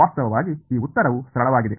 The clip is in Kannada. ವಾಸ್ತವವಾಗಿ ಈ ಉತ್ತರವು ಸರಳವಾಗಿದೆ